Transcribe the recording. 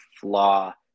flaw